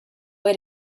way